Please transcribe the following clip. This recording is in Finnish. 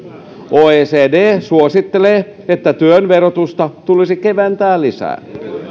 oecd suosittelee että työn verotusta tulisi keventää lisää